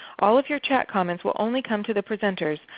all of your chat comments will only come to the presenters,